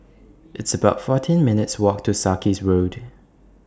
It's about fourteen minutes' Walk to Sarkies Road